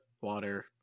water